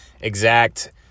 exact –